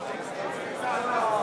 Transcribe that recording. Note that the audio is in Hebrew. הכנסת השמונה-עשרה,